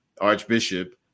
Archbishop